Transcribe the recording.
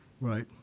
Right